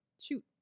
shoot